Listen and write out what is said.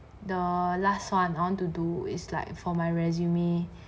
the last one I want to do is like for my resume